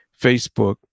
facebook